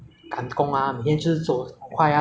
ah 你父母老了时候又要给他们